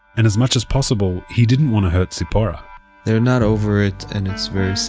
and as much as possible, he didn't want to hurt tzipora they're not over it and it's very sad.